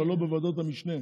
אבל לא בוועדות המשנה,